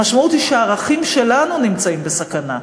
המשמעות היא שהערכים שלנו נמצאים בסכנה.